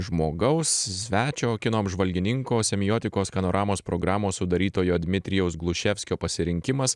žmogaus svečio kino apžvalgininko semiotikos skanoramos programos sudarytojo dmitrijaus glušefskio pasirinkimas